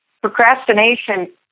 Procrastination